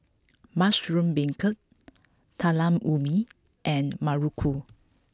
Mushroom Beancurd Talam Ubi and Muruku